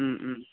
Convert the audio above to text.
उम उम